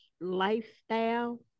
lifestyle